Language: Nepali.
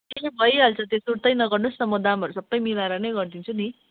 ए भइहाल्छ त्यो सुर्तै नगर्नोस् न म दामहरू सबै मिलाएर नै गरिदिन्छु नि